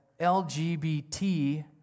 lgbt